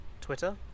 Twitter